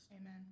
Amen